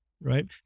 right